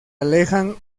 alejan